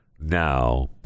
now